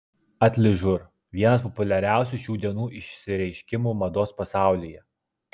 atližur vienas populiariausių šių dienų išsireiškimų mados pasaulyje